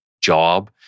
job